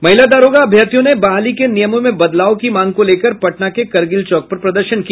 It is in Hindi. महिला दारोगा अभ्यर्थियों ने बहाली के नियमों में बदलाव की मांग को लेकर पटना के करगिल चौक पर प्रदर्शन किया